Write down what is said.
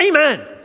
Amen